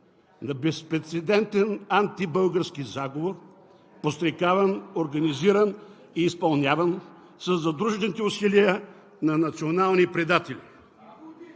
на безпрецедентен антибългарски заговор, подстрекаван, организиран и изпълняван със задружните усилия на национални предатели,